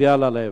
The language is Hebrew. נוגע ללב.